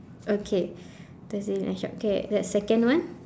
okay thursday night shop okay that's second one